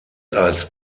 als